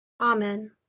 Amen